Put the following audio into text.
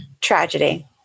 tragedy